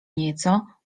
nieco